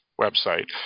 website